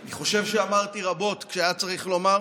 אני חושב שאמרתי רבות כשהיה צריך לומר.